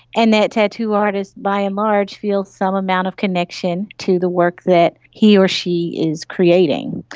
and that tattoo artist by and large feels some amount of connection to the work that he or she is creating.